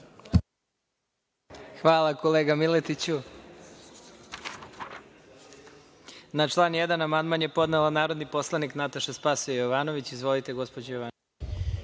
Hvala, kolega Miletiću. Na član 1. amandman je podnela narodni poslanik Nataša Sp. Jovanović. Izvolite, gospođo Jovanović.